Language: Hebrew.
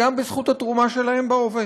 גם בזכות התרומה שלהם בהווה.